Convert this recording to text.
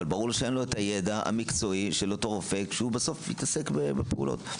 אין לו הידע המקצועי של אותו רופא כשבסוף יתעסק בפעולות.